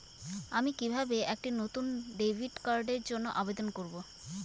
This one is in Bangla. আমি কিভাবে একটি নতুন ডেবিট কার্ডের জন্য আবেদন করব?